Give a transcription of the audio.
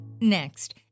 Next